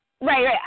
right